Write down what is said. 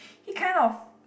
he kind of